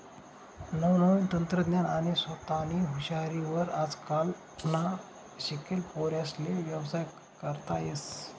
नवनवीन तंत्रज्ञान आणि सोतानी हुशारी वर आजकालना शिकेल पोर्यास्ले व्यवसाय करता येस